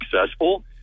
successful